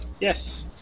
Yes